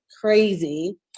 Crazy